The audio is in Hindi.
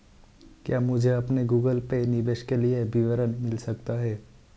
क्या मुझे अपने गूगल पे निवेश के लिए विवरण मिल सकता है?